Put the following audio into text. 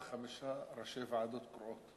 ארבעה-חמישה ראשי ועדות קרואות.